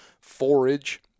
forage